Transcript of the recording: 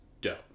dope